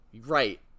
Right